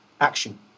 action